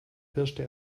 pirschte